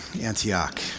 Antioch